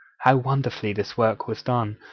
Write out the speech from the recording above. how wonderfully this work was done!